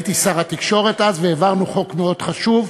הייתי שר התקשורת אז, והעברנו חוק מאוד חשוב,